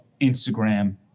Instagram